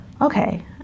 okay